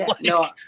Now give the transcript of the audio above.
no